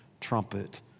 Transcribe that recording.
trumpet